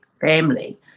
family